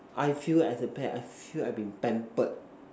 I feel as a pet I feel I'll be pampered